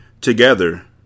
Together